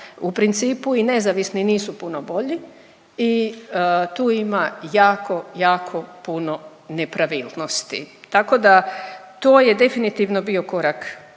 u principu i nezavisni nisu puno bolji i tu ima jako, jako puno nepravilnosti, tako da to je definitivno bio korak nazad.